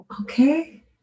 Okay